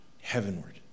heavenward